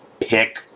pick